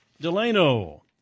Delano